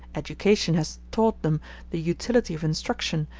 education has taught them the utility of instruction,